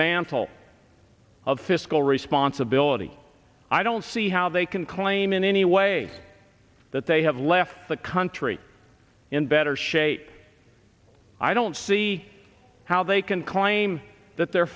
mantle of fiscal responsibility i don't see how they can claim in any way that they have left the country in better shape i don't see how they can claim that they're